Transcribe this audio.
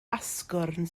asgwrn